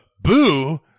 Boo